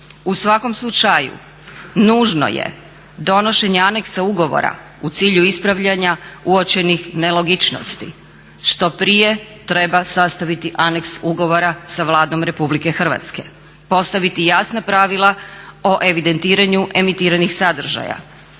U svakom slučaju nužno je donošenje aneksa ugovora u cilju ispravljanja uočenih nelogičnosti, što prije treba sastaviti aneks ugovora sa Vladom RH i postaviti jasna pravila o evidentiranju emitiranih sadržaja,